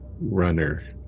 runner